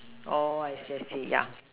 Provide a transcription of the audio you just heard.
oh I see I see ya